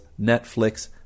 Netflix